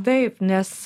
taip nes